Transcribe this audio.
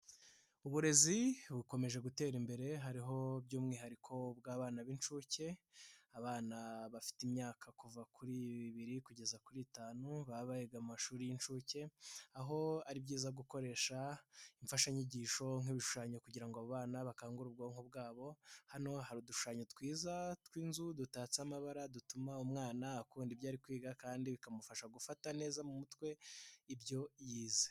Uburezi bukomeje gutera imbere hariho by'umwihariko ubw'abana b'inshuke abana bafite imyaka kuva kuri ibiri kugeza kuri itanu, bariga amashuri y'inshuke aho ari byiza gukoresha imfashanyigisho nk'ibishushanyo kugira ngo abana bakangure ubwonko bwabo, hano hari udushanyo twiza tw'inzu dutatse amabara dutuma umwana akunda ibyo ari kwiga kandi bikamufasha gufata neza mu mutwe ibyo yize.